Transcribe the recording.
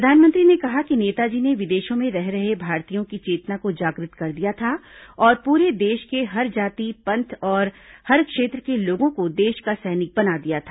प्रधानमंत्री ने कहा कि नेताजी ने विदेशों में रह रहे भारतीयों की चेतना को जागृत कर दिया था और पूरे देश के हर जाति पंथ और हर क्षेत्र के लोगों को देश का सैनिक बना दिया था